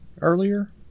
earlier